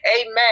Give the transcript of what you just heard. Amen